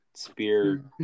Spear